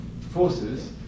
forces